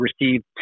received